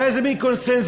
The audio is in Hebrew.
היה איזה מין קונסנזוס,